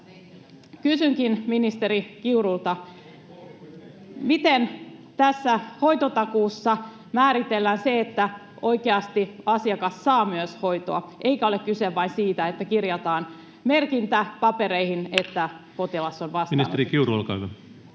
Kysynkin ministeri Kiurulta: miten tässä hoitotakuussa määritellään se, että asiakas saa oikeasti myös hoitoa eikä ole kyse vain siitä, että kirjataan papereihin merkintä, että potilas on vastaanotettu? Ministeri Kiuru, olkaa hyvä.